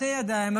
שתי ידיים,